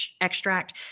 extract